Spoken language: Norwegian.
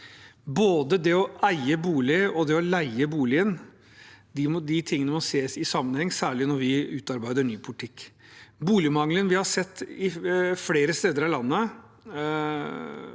Både det å eie bolig og det å leie bolig må ses i sammenheng, særlig når vi utarbeider ny politikk. Boligmangelen vi har sett flere steder i landet,